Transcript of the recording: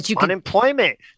unemployment